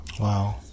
Wow